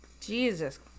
Jesus